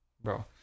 Bro